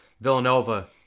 Villanova